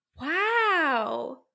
Wow